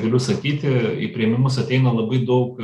galiu sakyti į priėmimus ateina labai daug